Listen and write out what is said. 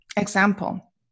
example